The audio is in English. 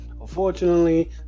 Unfortunately